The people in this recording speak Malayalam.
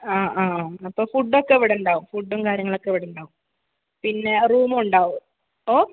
ആ ആ അപ്പോൾ ഫുഡ് ഒക്കെ ഇവിടുണ്ടാകും ഫുഡും കാര്യങ്ങളൊക്കെ ഇവിടെ ഉണ്ടാകും പിന്നെ റൂമും ഉണ്ടാകും ഓ